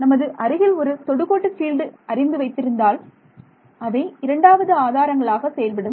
நமது அருகில் ஒரு தொடுகோடு ஃபீல்டை அறிந்து வைத்திருந்தால் அவை இரண்டாவது ஆதாரங்களாக செயல்படும்